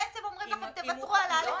הם בעצם אומרים לכם: תוותרו על (א)(1)